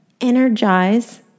energize